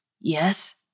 Yes